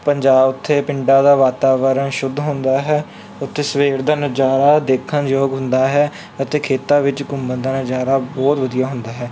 ਪੰਜਾਬ ਉੱਥੇ ਪਿੰਡਾਂ ਦਾ ਵਾਤਾਵਰਣ ਸ਼ੁੱਧ ਹੁੰਦਾ ਹੈ ਉੱਥੇ ਸਵੇਰ ਦਾ ਨਜ਼ਾਰਾ ਦੇਖਣ ਯੋਗ ਹੁੰਦਾ ਹੈ ਅਤੇ ਖੇਤਾਂ ਵਿੱਚ ਘੁੰਮਣ ਦਾ ਨਜ਼ਾਰਾ ਬਹੁਤ ਵਧੀਆ ਹੁੰਦਾ ਹੈ